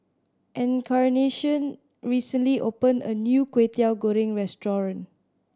Encarnacion recently opened a new Kwetiau Goreng restaurant